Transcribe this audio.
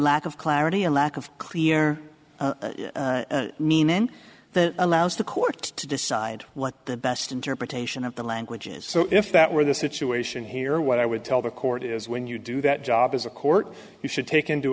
lack of clarity a lack of clear meaning in the allows the court to decide what the best interpretation of the language is so if that were the situation here what i would tell the court is when you do that job as a court you should take into